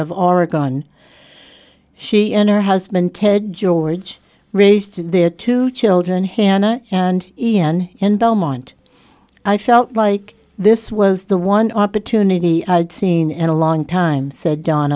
of oregon she and her husband ted george raised their two children hannah and ian and belmont i felt like this was the one opportunity i'd seen and a long time said don